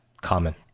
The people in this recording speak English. common